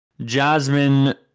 Jasmine